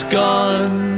gone